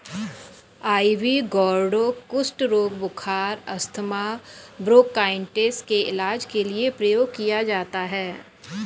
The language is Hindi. आइवी गौर्डो कुष्ठ रोग, बुखार, अस्थमा, ब्रोंकाइटिस के इलाज के लिए प्रयोग किया जाता है